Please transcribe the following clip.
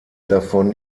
davon